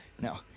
No